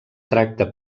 tracta